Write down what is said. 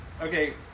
Okay